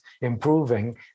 improving